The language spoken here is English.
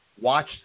watch